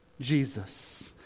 Jesus